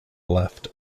left